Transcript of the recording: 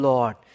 Lord